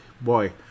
boy